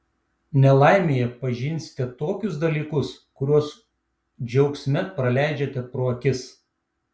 nelaimėje pažinsite tokius dalykus kuriuos džiaugsme praleidžiate pro akis